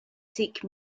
sikh